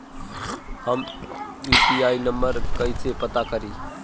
हम UPI number कइसे पता करी?